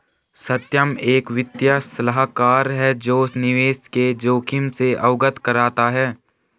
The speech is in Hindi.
सत्यम एक वित्तीय सलाहकार है जो निवेश के जोखिम से अवगत कराता है